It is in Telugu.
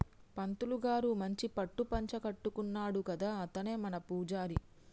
పంతులు గారు మంచి పట్టు పంచన కట్టుకున్నాడు కదా అతనే మన పూజారి